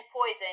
poison